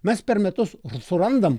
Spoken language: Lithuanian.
mes per metus surandam